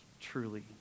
truly